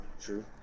true